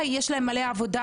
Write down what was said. יש להם מלא עבודה